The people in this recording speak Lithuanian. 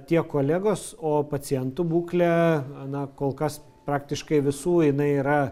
tiek kolegos o pacientų būklė na kol kas praktiškai visų jinai yra